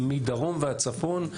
מדרום ועד צפון,